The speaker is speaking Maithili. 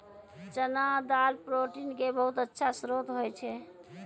चना दाल प्रोटीन के बहुत अच्छा श्रोत होय छै